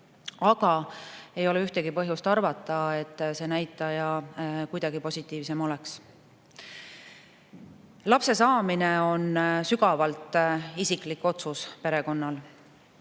aga ei ole ühtegi põhjust arvata, et see näitaja kuidagi positiivsem oleks. Lapse saamine on sügavalt isiklik otsus perekonnal.